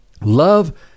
Love